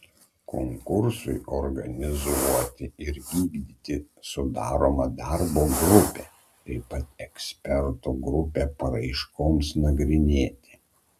konkursui organizuoti ir vykdyti sudaroma darbo grupė taip pat ekspertų grupė paraiškoms nagrinėti